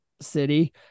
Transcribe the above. City